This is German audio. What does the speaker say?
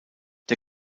der